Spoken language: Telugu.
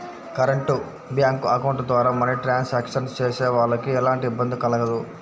కరెంట్ బ్యేంకు అకౌంట్ ద్వారా మనీ ట్రాన్సాక్షన్స్ చేసేవాళ్ళకి ఎలాంటి ఇబ్బంది కలగదు